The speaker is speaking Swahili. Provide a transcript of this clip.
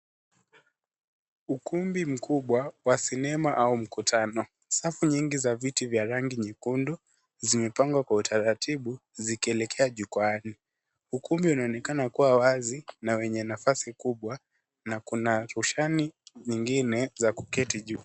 Ukumbi mkubwa wa sinema au mkutano. Safu nyingi za viti vya rangi nyekundu zimepangwa kwa utaratibu zikielekea jukwaani. Ukumbi unaonekana kuwa wazi na wenye nafasi kubwa na kuna koshoni nyingine za kuketi juu.